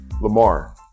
Lamar